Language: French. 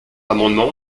amendement